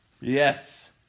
Yes